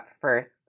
first